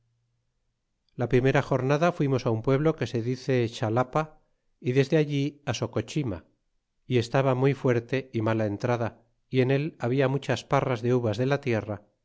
la primera jornada fuimos á un pueblo que se dice xalapa y desde allí á socochima y estaba muy fuerte y mala entrada y en él habla muchas parras de uvas de la tierra